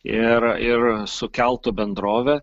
ir ir su keltų bendrove